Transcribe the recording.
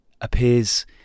appears